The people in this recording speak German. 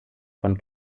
von